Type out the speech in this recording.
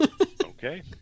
Okay